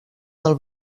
del